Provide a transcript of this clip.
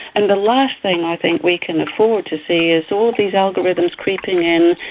and the last thing i think we can afford to see is all of these algorithms creeping in,